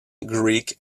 greek